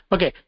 Okay